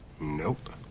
Nope